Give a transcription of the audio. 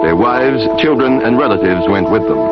their wives, children and relatives went with